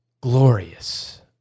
glorious